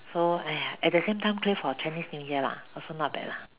so !aiya! at the same time clear for Chinese new year lah also not bad lah